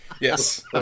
yes